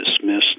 dismissed